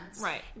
Right